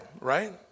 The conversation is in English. right